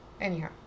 Anyhow